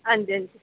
आं जी आं जी